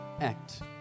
act